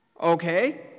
Okay